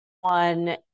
one